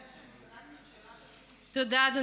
ברגע שמוסד התרבות החליט לקיים מופע של שיריו של אייל